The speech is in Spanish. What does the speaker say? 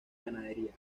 ganadería